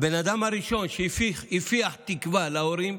הבן אדם הראשון שהפיח תקווה בהורים,